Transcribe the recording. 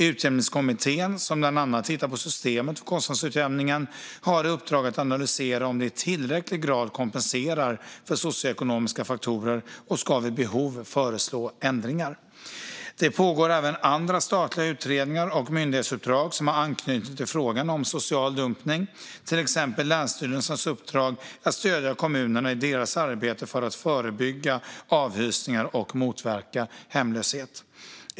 Utjämningskommittén , som bland annat tittar på systemet för kostnadsutjämningen, har i uppdrag att analysera om det i tillräcklig grad kompenserar för socioekonomiska faktorer och ska vid behov föreslå ändringar. Det pågår även andra statliga utredningar och myndighetsuppdrag som har anknytning till frågan om social dumpning, till exempel länsstyrelsernas uppdrag att stödja kommunerna i deras arbete för att förebygga avhysningar och motverka hemlöshet.